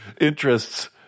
interests